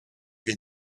wir